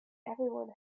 everyone